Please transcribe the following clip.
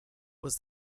was